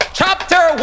chapter